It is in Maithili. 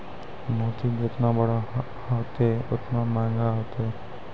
मोती जेतना बड़ो होतै, ओतने मंहगा होतै